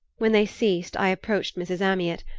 when they ceased i approached mrs. amyot,